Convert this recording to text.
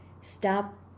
stop